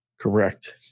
correct